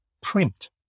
print